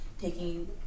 taking